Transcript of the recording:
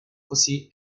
così